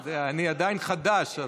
את רוצה לשכנע אותנו להתנגד?